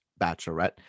bachelorette